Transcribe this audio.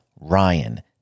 Ryan